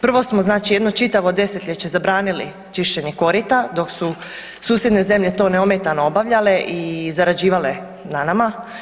Prvo smo znači jedno čitavo desetljeće zabranili čišćenje korita dok su susjedne zemlje to neometano obavljale i zarađivale na nama.